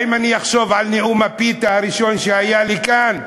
האם אני אחשוב על "נאום הפיתה" הראשון שהיה לי כאן?